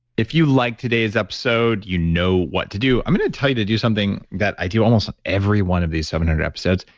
if you liked today's episode, you know what to do. i'm going to tell you to do something that i do. almost every one of these seven hundred episodes,